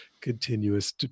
continuous